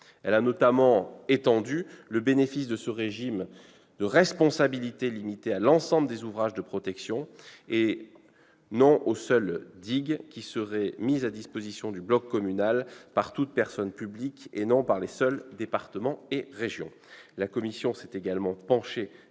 Elle a notamment étendu le bénéfice de ce régime de responsabilité limitée à l'ensemble des ouvrages de protection, et non aux seules digues, qui seraient mis à disposition du bloc communal par toute personne publique, et non par les seuls départements et régions. La commission des lois s'est également penchée